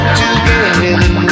together